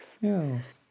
Yes